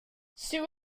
sue